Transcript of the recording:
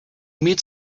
meet